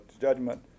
judgment